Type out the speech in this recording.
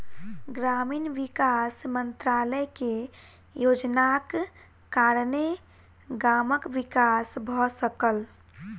ग्रामीण विकास मंत्रालय के योजनाक कारणेँ गामक विकास भ सकल